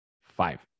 five